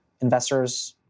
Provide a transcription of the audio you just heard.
Investors